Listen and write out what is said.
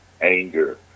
anger